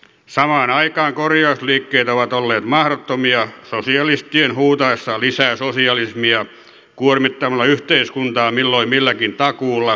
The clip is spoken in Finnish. samaan aikaan korjausliikkeet ovat olleet mahdottomia sosialistien huutaessa lisää sosialismia kuormittamalla yhteiskuntaa milloin milläkin takuulla ja byrokratiaa lisäämällä